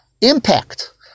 impact